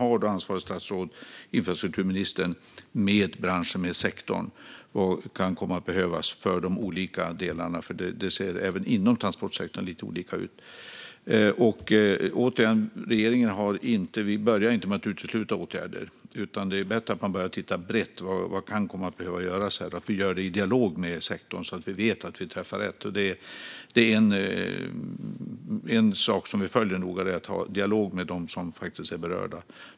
Ansvarigt statsråd - infrastrukturministern - har en diskussion med branschen och sektorn om vad som kan komma att behövas för de olika delarna. Det ser lite olika ut även inom transportsektorn. Återigen: Regeringen börjar inte med att utesluta åtgärder, utan det är bättre att börja titta brett på vad som kan komma att behöva göras och att göra detta i dialog med sektorn så att vi vet att vi träffar rätt. En sak som vi följer noga är att ha en dialog med dem som faktiskt är berörda.